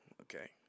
Okay